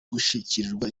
gushakirwa